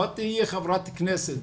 בדרך כלל כשמדברים על הנגב,